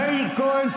מאיר כהן,